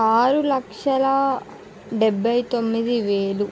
ఆరు లక్షల డెబ్భై తొమ్మిది వేలు